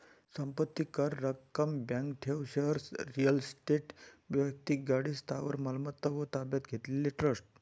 संपत्ती कर, रक्कम, बँक ठेव, शेअर्स, रिअल इस्टेट, वैक्तिक गाडी, स्थावर मालमत्ता व ताब्यात घेतलेले ट्रस्ट